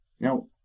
Now